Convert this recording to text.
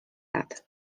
lat